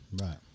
right